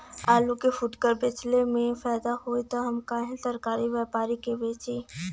आलू के फूटकर बेंचले मे फैदा होई त हम काहे सरकारी व्यपरी के बेंचि?